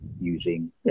using